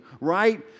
right